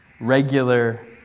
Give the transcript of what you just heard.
regular